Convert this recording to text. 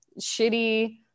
shitty